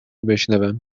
بشنوم